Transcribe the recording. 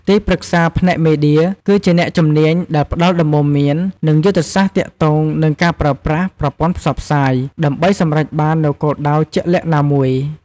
ទីប្រឹក្សាផ្នែកមេឌៀ គឺជាអ្នកជំនាញដែលផ្ដល់ដំបូន្មាន និងយុទ្ធសាស្ត្រទាក់ទងនឹងការប្រើប្រាស់ប្រព័ន្ធផ្សព្វផ្សាយ ដើម្បីសម្រេចបាននូវគោលដៅជាក់លាក់ណាមួយ។